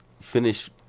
finish